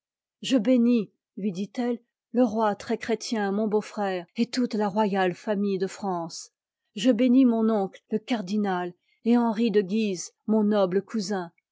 je bénis lui dit eue te roi très chrétien mon beau-frère et toute la royale famille de france je bénis mon oncle le cardinal et henri de guise mon noble cousin